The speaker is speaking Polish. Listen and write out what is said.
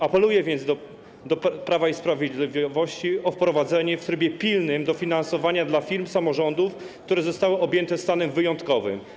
Apeluję do Prawa i Sprawiedliwości o wprowadzenie w trybie pilnym dofinansowania dla firm z samorządów, które zostały objęte stanem wyjątkowym.